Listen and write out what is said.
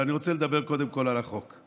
אבל אני רוצה לדבר קודם כול על החוק.